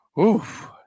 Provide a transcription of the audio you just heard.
Oof